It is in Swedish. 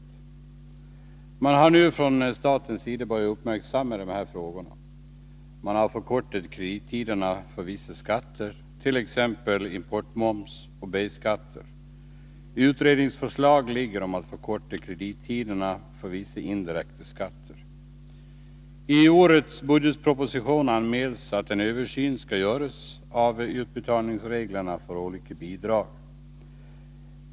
Man har nu från statens sida börjat uppmärksamma dessa frågor. Man har förkortat kredittiderna för vissa skatter, t.ex. importmoris och B-skatter. Utredningsförslag ligger om att förkorta kredittiderna för vissa indirekta skatter. I årets budgetproposition anmäls att en översifn skall göras av reglerna för utbetalning av olika bidrag.